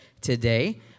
today